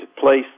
place